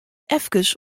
efkes